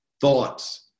thoughts